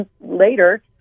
later